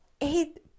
eight